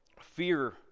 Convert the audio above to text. Fear